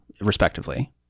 respectively